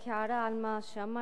רק הערה על מה שאמרת.